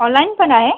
online पण आहे